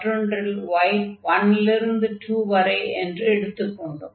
மற்றொன்றில் y 1 லிருந்து 2 வரை என்று எடுத்துக் கொண்டோம்